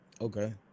Okay